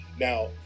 now